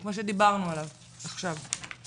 וכמו שדיברנו עליו עכשיו.